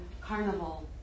carnival